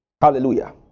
Hallelujah